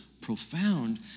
profound